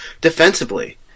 defensively